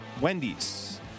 Wendy's